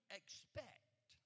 expect